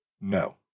No